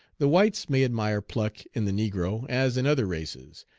the whites may admire pluck in the negro, as in other races,